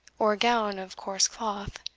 or gown of coarse cloth,